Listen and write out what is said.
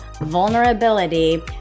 vulnerability